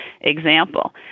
example